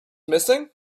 missing